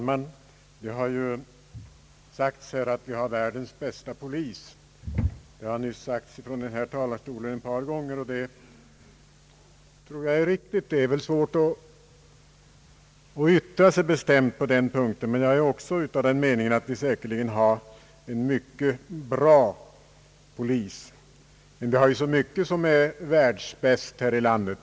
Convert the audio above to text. Herr talman! Det har sagts — från denna talarstol ett par gånger — att vi har världens bästa polis, och det tror jag är riktigt. Det är väl svårt att yttra sig bestämt på den punkten, men jag är också av den uppfattningen att vi har en mycket bra polis. Men vi har ju så mycket som är världsbäst här i landet.